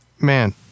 man